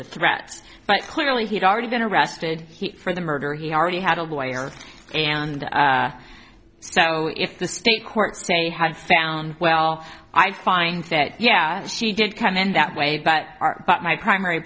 the threats but clearly he had already been arrested for the murder he already had a lawyer and so if the state court say had found well i find that yeah she did come in that way but our but my primary